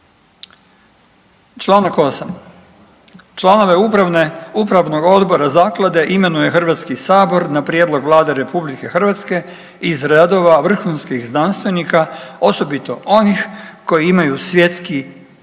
Čl. 8., „Članove upravnog odbora zaklade imenuje HS na prijedlog Vlade RH iz redova vrhunskih znanstvenika osobito onih koji imaju svjetski priznate